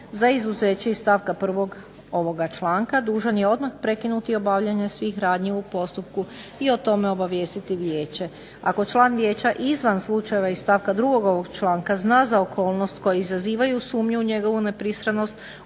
za izuzeće iz stavka 1. ovog članka, dužan je odmah prekinuti obavljanje svih radnji u postupku i o tome obavijestiti vijeće. Ako član vijeća izvan slučajeva stavka 2. ovog članka zna za okolnost koji izazivaju sumnju u njegovu nepristranost